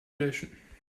löschen